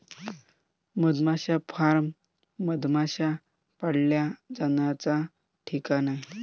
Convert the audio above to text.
मधमाशी फार्म मधमाश्या पाळल्या जाण्याचा ठिकाण आहे